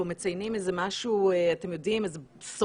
מציינים פה איזה משהו,